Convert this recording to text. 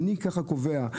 אני כך קובע,